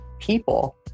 people